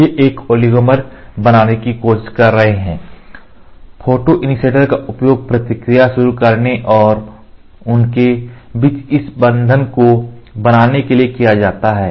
वे एक ओलिगोमर बनाने की कोशिश कर रहे हैं और फोटोइंटरिटेटर का उपयोग प्रक्रिया शुरू करने और उनके बीच इस बंधन को बनाने के लिए किया जाता है